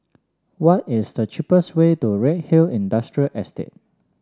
what is the cheapest way to Redhill Industrial Estate